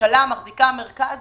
שממשלה מחזיקה מרכז